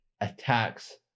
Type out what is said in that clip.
attacks